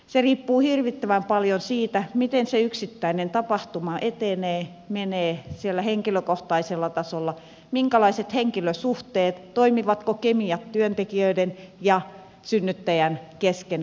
se riippuu hirvittävän paljon siitä miten se yksittäinen tapahtuma etenee menee siellä henkilökohtaisella tasolla minkälaiset ovat henkilösuhteet toimivatko kemiat työntekijöiden ja synnyttäjän kesken vai eivät